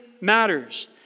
matters